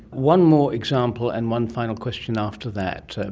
one more example and one final question after that.